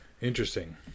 Interesting